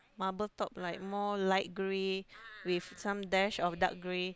marble top like more light grey with some dash of dark grey